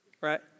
right